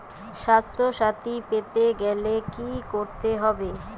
স্বাস্থসাথী পেতে গেলে কি করতে হবে?